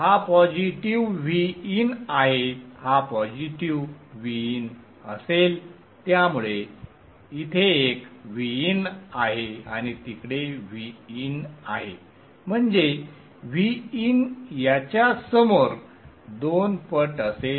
हा positive Vin आहे हा पॉझिटिव्ह Vin असेल त्यामुळे इथे एक Vin आहे आणि तिकडे Vin आहे म्हणजे Vin याच्या समोर दोन पट असेल